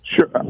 Sure